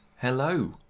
Hello